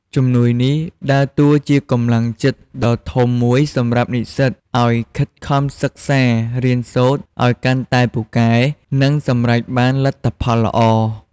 ជំនួយនេះដើរតួជាកម្លាំងចិត្តដ៏ធំមួយសម្រាប់និស្សិតឱ្យខិតខំសិក្សារៀនសូត្រឱ្យកាន់តែពូកែ និងសម្រេចបានលទ្ធផលល្អ។